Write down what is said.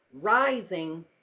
rising